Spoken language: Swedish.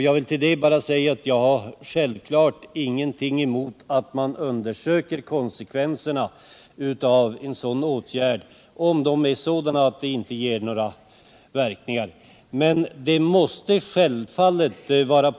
Jag har självfallet ingenting emot att man undersöker konsekvenserna av en sådan åtgärd och inte heller Den fysiska att åtgärden vidtas, om den är sådan att det inte ger negativa verkningar.